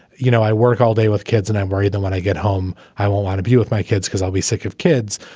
you know, i work all day with kids and i worry that when i get home, i won't want to be with my kids because i'll be sick of kids.